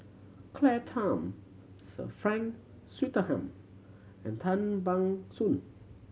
Claire Tham Sir Frank Swettenham and Tan Ban Soon